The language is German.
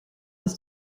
ist